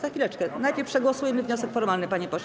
Za chwileczkę, najpierw przegłosujemy wniosek formalny, panie pośle.